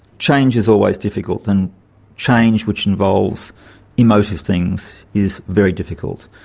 change is always difficult and change which involves emotive things is very difficult.